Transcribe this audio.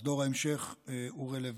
אז דור ההמשך הוא רלוונטי.